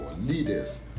leaders